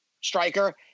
striker